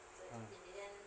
mm